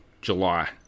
July